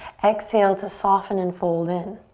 exhale to soften and fold in.